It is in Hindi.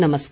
नमस्कार